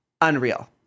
Unreal